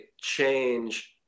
change